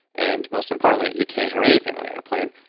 and most importantly, you can't hear anything on an airplane.